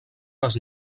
les